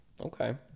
Okay